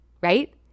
right